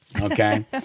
Okay